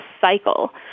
cycle